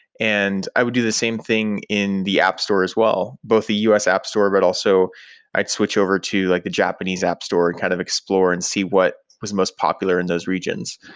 and i would do the same thing in the app store as well, both the u s. app store, but also i'd switch over to like the japanese app store and kind of explore and see what is most popular in those regions.